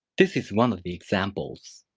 this is one of the examples.